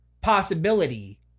Possibility